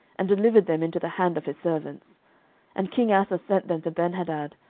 and delivered them into the hand of his servants and king asa sent them to benhadad,